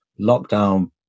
lockdown